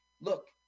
look